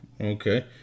Okay